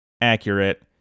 accurate